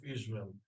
Israel